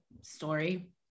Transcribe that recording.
story